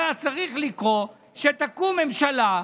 היה צריך לקרות שתקום ממשלה,